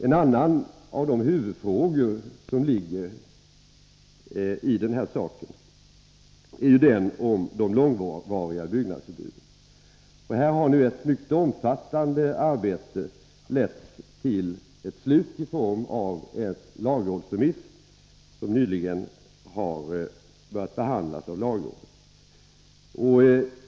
En annan av huvudfrågorna i detta ärende gäller de långvariga byggnadsförbuden. Ett mycket omfattande arbete på detta område har nu slutförts och lett fram till en lagrådsremiss, som nyligen har börjat behandlas av lagrådet.